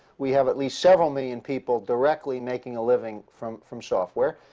we have at least several million people directly making a living from from software.